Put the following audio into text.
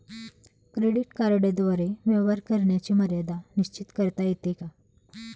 Credit कार्डद्वारे व्यवहार करण्याची मर्यादा निश्चित करता येते का?